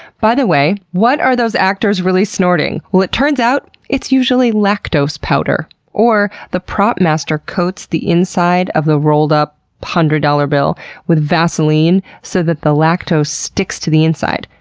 by the way, what are those actors really snorting? well, it turns out it's usually lactose powder. or the prop master coats the inside of the rolled up hundred-dollar bill with vaseline so that the lactose sticks to the inside.